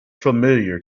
familiar